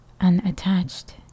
unattached